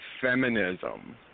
feminism